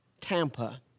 Tampa